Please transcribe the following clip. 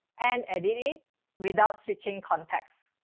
and edit it without switching context.